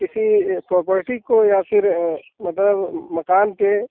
किसी प्रॉपर्टी को या फिर मतलब मकान के